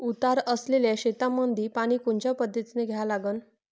उतार असलेल्या शेतामंदी पानी कोनच्या पद्धतीने द्या लागन?